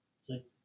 See